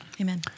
Amen